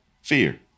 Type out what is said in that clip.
fear